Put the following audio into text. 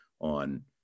on